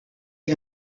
est